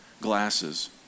glasses